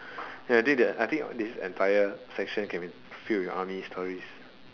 ya I do the I think this entire section can be filled with army stories